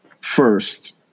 first